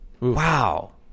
wow